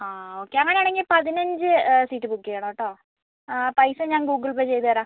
ആ ഓക്കെ അങ്ങനെ ആണെങ്കിൽ പതിനഞ്ച് സീറ്റ് ബുക്ക് ചെയ്യണം കേട്ടോ ആ പൈസ ഞാൻ ഗൂഗിൾ പേ ചെയ്ത് തരാം